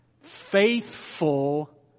faithful